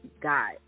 God